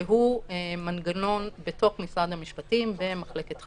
שהוא מנגנון בתוך משרד המשפטים במחלקת חנינות,